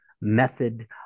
method